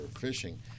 fishing